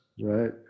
right